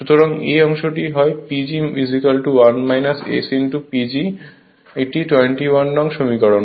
সুতরাং এই অংশটি হয় PG 1 S PG এটি 21 নং সমীকরণ